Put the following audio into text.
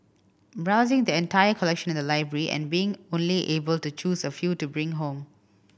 browsing the entire collection in the library and being only able to choose a few to bring home